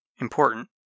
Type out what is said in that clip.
important